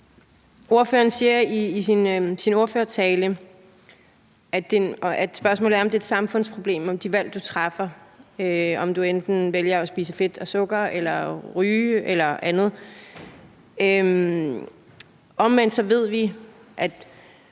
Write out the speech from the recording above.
Ordføreren siger i sin ordførertale, at spørgsmålet er, om det er et samfundsproblem med hensyn til de valg, du træffer, altså om du enten vælger at spise fedt og sukker eller at ryge eller andet. Omvendt ved vi, at